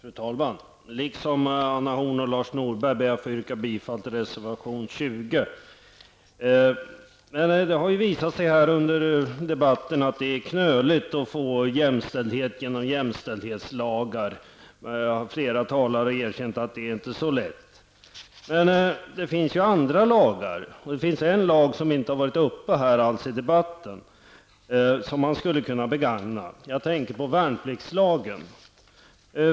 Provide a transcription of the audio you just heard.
Fru talman! Liksom Anna Horn och Lars Norberg ber jag att få yrka bifall till reservation 20. Det har ju visat sig under debatten här att det är knöligt att få till stånd jämställdhet genom jämställdhetslagar. Flera talare har erkänt att det inte är så lätt. Men det finns ju andra lagar. Det finns en lag som inte alls har varit uppe till diskussion i debatten och som man skulle kunna begagna. Jag tänker på värnpliktslagen.